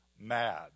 mad